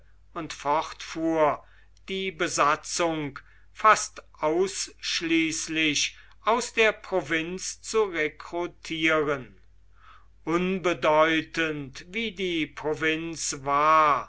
und fortfuhr die besatzung fast ausschließlich aus der provinz zu rekrutieren unbedeutend wie die provinz war